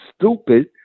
stupid